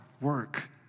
work